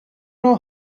know